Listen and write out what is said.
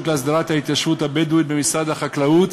להסדרת ההתיישבות הבדואית במשרד החקלאות.